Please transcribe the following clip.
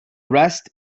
rest